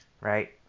right